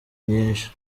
nyinshi